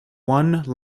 one